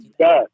God